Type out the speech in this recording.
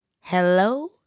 Hello